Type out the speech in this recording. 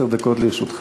עשר דקות לרשותך.